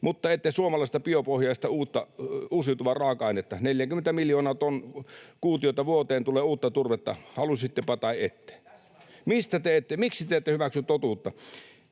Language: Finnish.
mutta ette suomalaista, biopohjaista, uusiutuvaa raaka-ainetta. 40 miljoonaa kuutiota vuoteen tulee uutta turvetta, halusittepa tai ette. [Mauri Peltokangas: